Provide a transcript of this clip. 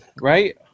right